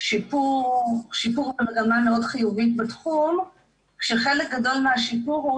שיפור במגמה מאוד חיובית בתחום כשחלק גדול מהשיפור הוא